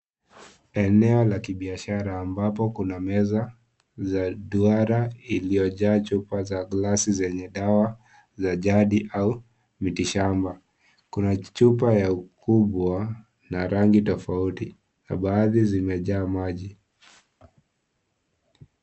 Eneo la kibiashara ambapo kuna meza za duara iliyojaa chupa za glasi zenye dawa za jadi au miti shamba. Kuna chupa ya ukubwa na rangi tofauti, na baadhi zimejaa maji.